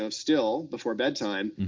um still before bedtime,